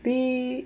b